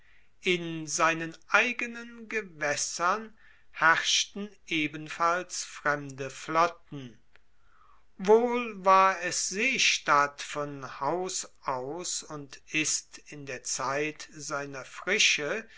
in seinen eigenen gewaessern herrschten ebenfalls fremde flotten wohl war es seestadt von haus aus und ist in der zeit seiner frische